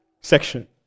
section